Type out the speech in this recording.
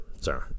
Sorry